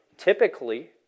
Typically